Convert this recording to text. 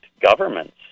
governments